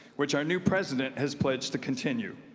which our new president has pledged to continued.